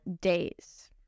days